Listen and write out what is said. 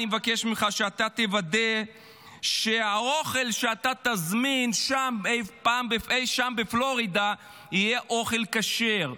אני מבקש ממך שתוודא שהאוכל שתזמין אי-שם בפלורידה יהיה אוכל כשר.